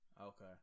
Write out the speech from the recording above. Okay